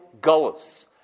Gullus